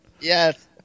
Yes